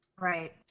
Right